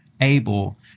able